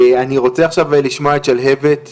אני רוצה עכשיו לשמוע את שלהבת אבנר.